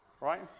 right